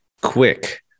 quick